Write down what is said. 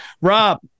Rob